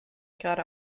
gerade